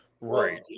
right